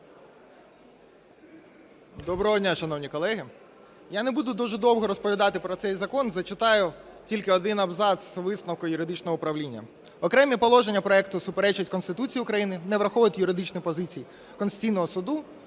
Доброго дня, шановні колеги! Я не буду дуже довго розповідати про цей закон, зачитаю тільки один абзац із висновку юридичного управління: "Окремі положення проекту суперечать Конституції України, не враховують юридичних позицій Конституційного Суду,